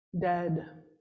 dead